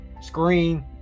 Screen